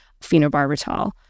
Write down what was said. phenobarbital